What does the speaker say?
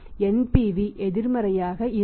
NPV எதிர்மறையாக இருக்கும்